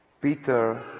Peter